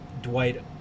Dwight